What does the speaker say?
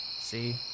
See